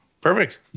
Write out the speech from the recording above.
Perfect